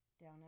down